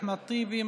אחמד טיבי,